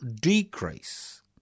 decrease